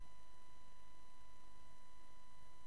ודבר לא יצא מזה, אבל